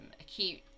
acute